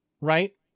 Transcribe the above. Right